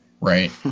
Right